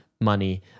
money